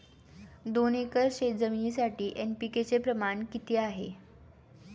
दोन एकर शेतजमिनीसाठी एन.पी.के चे प्रमाण किती आहे?